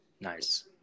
Nice